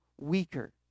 weaker